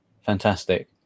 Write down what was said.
fantastic